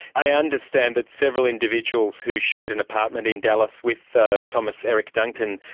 i understand that several individuals who shared an apartment in dallas with ah thomas eric duncan,